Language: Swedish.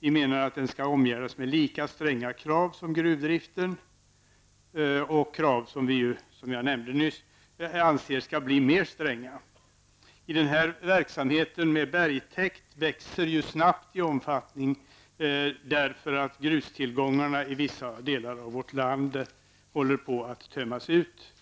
Den bör omgärdas med lika stränga krav som finns för annan gruvdrift och med sådana krav som jag nyss nämnde. Jag anser för övrigt att de krav som gäller för gruvdrift bör bli strängare. Den här verksamheten med bergtäkt växer ju snabbt i omfattning, eftersom grustillgångarna i vissa delar av vårt land håller på att tömmas ut.